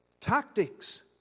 tactics